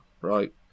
right